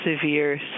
severe